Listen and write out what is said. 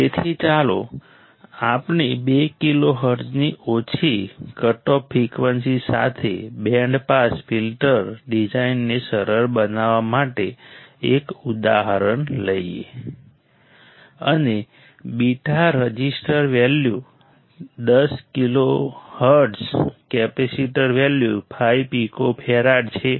તેથી ચાલો આપણે બે કિલો હર્ટ્ઝની ઓછી કટઓફ ફ્રિકવન્સી સાથે બેન્ડ પાસ ફિલ્ટર ડિઝાઇનને સરળ બનાવવા માટે એક ઉદાહરણ લઈએ અને બીટા resistor value 10 kilo hertz capacitor value 5 pico farad છે